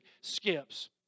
skips